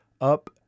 up